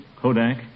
Kodak